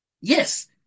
Yes